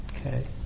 Okay